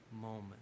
moment